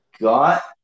Got